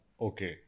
Okay